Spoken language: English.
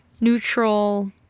neutral